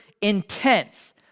intense